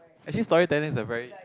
actually storytelling is a very